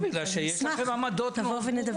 לא בגלל ש יש לכם עמדות מאוד ברורות,